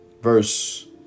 verse